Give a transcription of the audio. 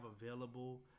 available